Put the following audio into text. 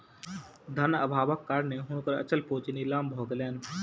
धन अभावक कारणेँ हुनकर अचल पूंजी नीलाम भ गेलैन